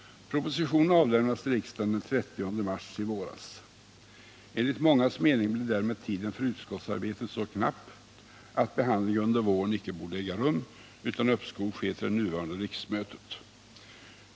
Propositionen avlämnades till riksdagen den 30 mars i våras. Enligt mångas mening blev därmed tiden för utskottsarbetet så knapp att behandling under våren icke borde äga rum, utan uppskov borde ske till det nuvarande riksmötet.